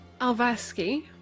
Alvaski